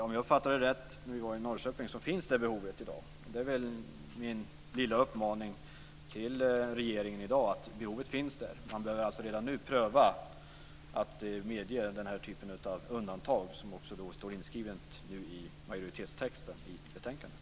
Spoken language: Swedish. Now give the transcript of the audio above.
Om jag uppfattade det rätt när vi var i Norrköping så finns det behovet i dag. Min lilla uppmaning till regeringen i dag är att behovet finns och att man redan nu behöver pröva att medge denna typ av undantag som nu också står inskrivet i majoritetstexten i betänkandet.